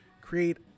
create